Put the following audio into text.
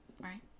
right